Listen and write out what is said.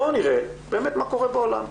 בואו נראה באמת מה קורה בעולם.